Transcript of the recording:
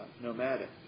nomadic